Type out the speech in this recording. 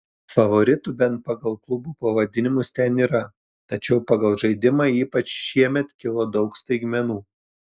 favoritų bent pagal klubų pavadinimus ten yra tačiau pagal žaidimą ypač šiemet kilo daug staigmenų